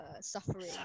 suffering